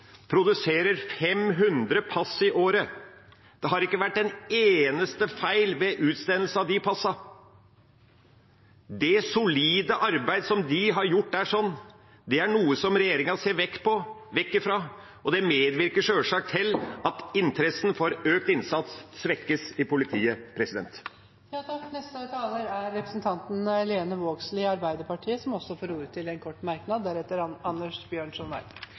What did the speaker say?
produserer 500 pass i året. Det har ikke vært en eneste feil ved utstedelsen av de passene. Det solide arbeidet som de har gjort, er noe regjeringa ser vekk ifra, og det medvirker sjølsagt til at interessen for økt innsats svekkes i politiet. Representanten Lene Vågslid har hatt ordet to ganger tidligere og får ordet til en kort merknad,